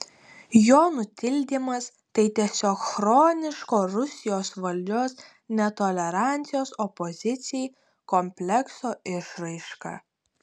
jo nutildymas tai tiesiog chroniško rusijos valdžios netolerancijos opozicijai komplekso išraiška